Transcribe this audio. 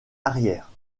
arrière